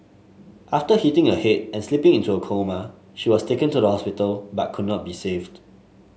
after hitting her head and slipping into a coma she was taken to the hospital but could not be saved